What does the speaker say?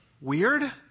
weird